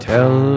Tell